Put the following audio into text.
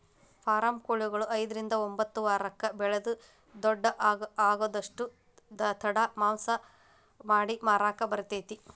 form ಕೊಳಿಗಳು ಐದ್ರಿಂದ ಒಂಬತ್ತ ವಾರಕ್ಕ ಬೆಳಿದ ದೊಡ್ಡು ಆಗುದಷ್ಟ ತಡ ಮಾಂಸ ಮಾಡಿ ಮಾರಾಕ ಬರತೇತಿ